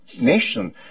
nation